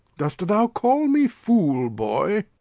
dost thou call me fool, boy?